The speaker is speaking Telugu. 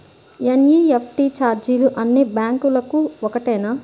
ఎన్.ఈ.ఎఫ్.టీ ఛార్జీలు అన్నీ బ్యాంక్లకూ ఒకటేనా?